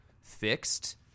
fixed